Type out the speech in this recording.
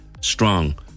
strong